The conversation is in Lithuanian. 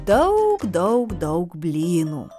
daug daug daug blynų